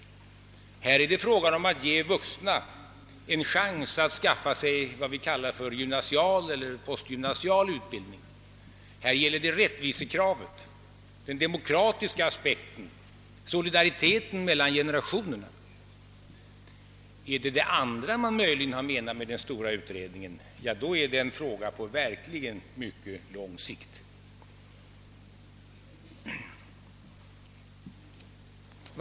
Här är det fråga om att ge de vuxna en chans att skaffa sig vad vi kallar gymnasial och postgymnasial utbildning — det gäller det rättvisekravet, den demokratiska aspekten, solidariteten mellan generationerna. Är det den andra aspekten man åsyftat med den stora utredningen, är det verkligen en fråga på mycket lång sikt?